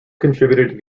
contributed